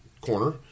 corner